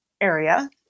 area